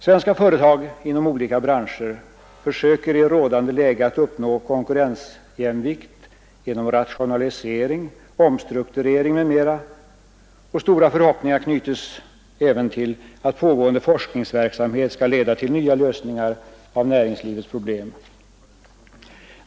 Svenska företag inom olika branscher försöker i rådande läge att uppnå konkurrensjämvikt genom rationalisering, omstrukturering m.m., och stora förhoppningar knyts även till att pågående forskningsverksamhet skall leda till nya lösningar av näringslivets problem.